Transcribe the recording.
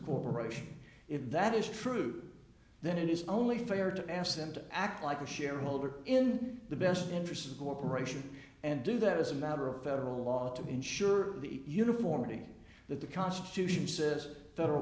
corporation if that is true then it is only fair to ask them to act like a shareholder in the best interests of the corporation and do that as a matter of federal law to ensure the uniformity that the constitution says federal